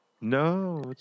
No